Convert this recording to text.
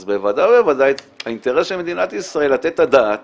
אז בוודאי ובוודאי האינטרס של מדינת ישראל לתת את הדעת